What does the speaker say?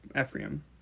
Ephraim